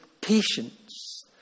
patience